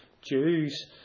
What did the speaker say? Jews